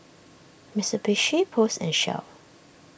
Mitsubishi Post and Shell